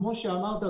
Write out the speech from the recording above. כמו שאמרת,